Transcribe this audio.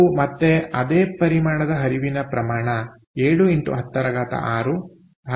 ನಾವು ಮತ್ತೆ ಅದೇ ಪರಿಮಾಣದ ಹರಿವಿನ ಪ್ರಮಾಣ 7x 106 6